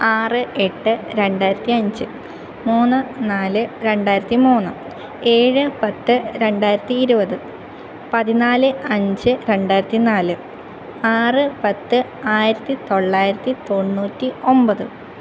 ആറ് എട്ട് രണ്ടായിരത്തി അഞ്ച് മൂന്ന് നാല് രണ്ടായിരത്തി മൂന്ന് ഏഴ് പത്ത് രണ്ടായിരത്തി ഇരുപത് പതിനാല് അഞ്ച് രണ്ടായിരത്തി നാല് ആറ് പത്ത് ആയിരത്തി തൊള്ളായിരത്തി തൊണ്ണൂറ്റി ഒൻപത്